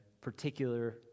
particular